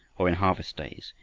or in harvest days,